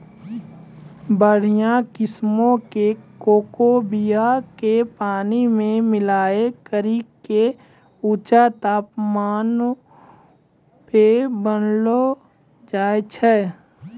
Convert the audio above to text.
बढ़िया किस्मो के कोको बीया के पानी मे मिलाय करि के ऊंचा तापमानो पे बनैलो जाय छै